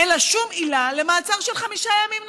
אין לה שום עילה למעצר של חמישה ימים נוספים.